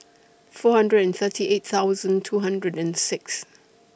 four hundred and thirty eight thousand two hundred and six